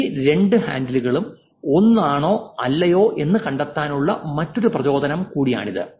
ഈ രണ്ട് ഹാൻഡിലുകളും ഒന്നാണോ അല്ലയോ എന്ന് കണ്ടെത്താനുള്ള മറ്റൊരു പ്രചോദനം കൂടിയാണിത്